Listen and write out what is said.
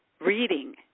reading